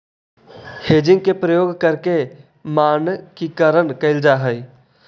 hedging के प्रयोग करके मानकीकरण कैल जा हई